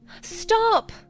Stop